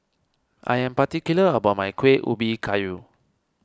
I am particular about my Kueh Ubi Kayu